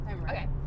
okay